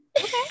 Okay